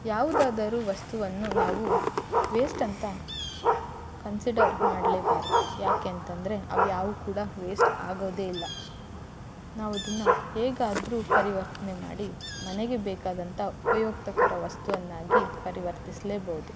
ಯಾವುದಾದರೂ ವಸ್ತುವನ್ನು ನಾವು ವೇಸ್ಟ್ ಅಂತ ಕನ್ಸಿಡರ್ ಮಾಡಲೇಬಾರ್ದು ಯಾಕೆ ಅಂತಂದರೆ ಅವು ಯಾವು ಕೂಡ ವೇಸ್ಟ್ ಆಗೋದೇ ಇಲ್ಲ ನಾವದನ್ನು ಹೇಗಾದರೂ ಪರಿವರ್ತನೆ ಮಾಡಿ ಮನೆಗೆ ಬೇಕಾದಂಥ ಉಪಯುಕ್ತಕರ ವಸ್ತುವನ್ನಾಗಿ ಪರಿವರ್ತಿಸ್ಲೆಬೋದು